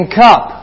cup